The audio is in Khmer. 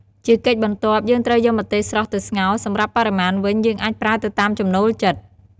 ជាកិច្ចបន្ទាប់ យើងត្រូវយកម្ទេសស្រស់ទៅស្ងោរ សម្រាប់បរិមាណវិញ យើងអាចប្រើទៅតាមចំណូលចិត្ត។